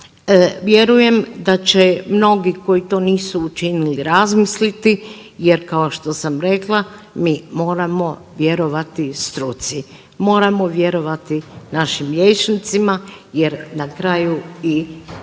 Vjerujem da će mnogi koji to nisu učinili razmisliti jer kao što sam rekla mi moramo vjerovati struci, moramo vjerovati našim liječnicima jer na kraju i